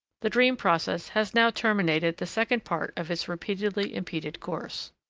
the dream process has now terminated the second part of its repeatedly impeded course.